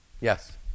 Yes